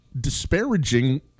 disparaging